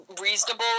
reasonable